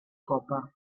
copa